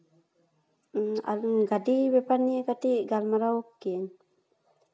ᱟᱹᱵᱤᱱ ᱜᱟᱹᱰᱤ ᱵᱮᱯᱟᱨ ᱱᱤᱭᱮ ᱠᱟᱹᱴᱤᱡ ᱜᱟᱞᱢᱟᱨᱟᱣ ᱠᱮᱭᱟᱹᱧ